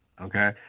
okay